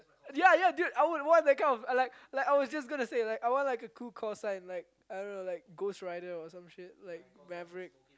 ya ya dude I would want that kind of a like like I was just gonna say like I want like a cool call sign like I don't know like ghost rider or some shit like maverick